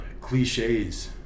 cliches